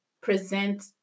present